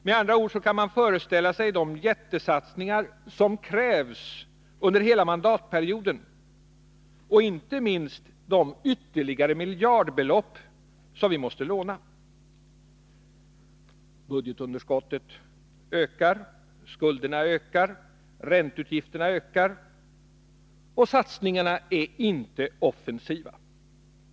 Man kan med andra ord föreställa sig de jättesatsningar som kommer att krävas under hela mandatperioden och inte minst de ytterligare miljardbelopp som vi måste låna. Budgetunderskottet ökar, skulderna ökar och ränteutgifterna ökar. Och satsningarna är inte offensiva.